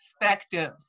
perspectives